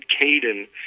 Caden